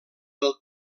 del